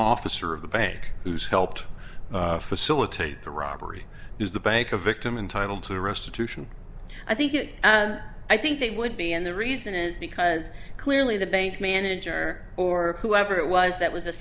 officer of the bank who's helped facilitate the robbery is the bank a victim entitle to restitution i think it i think it would be and the reason is because clearly the bank manager or whoever it was that was a